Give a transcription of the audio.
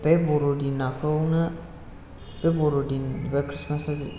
बे बर'दिनाखौनो बे बर'दिन एबा खृष्टमासाव जों